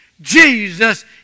Jesus